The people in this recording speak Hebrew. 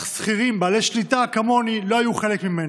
אך שכירים בעלי שליטה כמוני לא היו חלק ממנה.